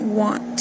want